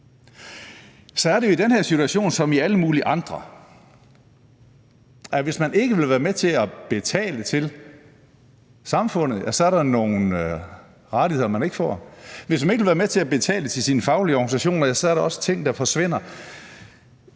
i den her situation som i alle mulige andre, at hvis man ikke vil være med til at betale til samfundet, er der nogle rettigheder, man ikke får; hvis man ikke vil være med til at betale til sin faglige organisation, er der også ting, der forsvinder.